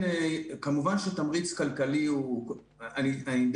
כל